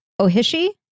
Ohishi